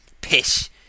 Pish